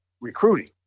recruiting